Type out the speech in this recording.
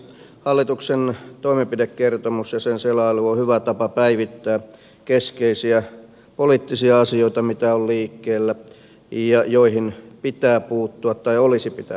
hallituksen toimenpidekertomus ja sen selailu on hyvä tapa päivittää keskeisiä poliittisia asioita mitä on liikkeellä ja joihin pitää puuttua tai olisi pitänyt puuttua